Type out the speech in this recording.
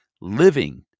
living